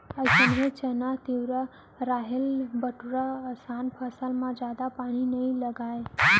अइसने चना, तिंवरा, राहेर, बटूरा असन फसल म जादा पानी नइ लागय